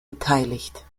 beteiligt